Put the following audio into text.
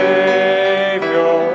Savior